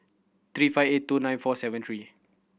three five eight two nine four seven three